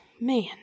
man